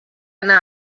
anar